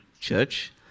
church